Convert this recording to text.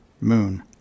moon